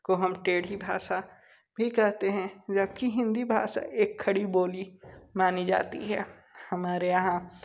को हम टेढ़ी भाषा भी कहते हैं जबकि हिंदी भाषा एक खड़ी बोली मानी जाती है हमारे यहाँ